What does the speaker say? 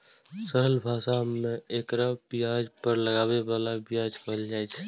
सरल भाषा मे एकरा ब्याज पर लागै बला ब्याज कहल छै